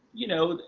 you know,